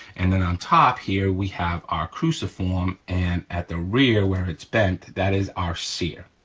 and then on top here we have our cruciform, and at the rear where it's bent, that is our sear,